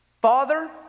Father